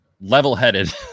level-headed